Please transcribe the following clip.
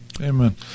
Amen